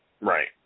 Right